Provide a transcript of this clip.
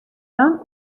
dan